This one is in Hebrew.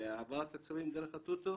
העברת הכספים דרך הטוטו,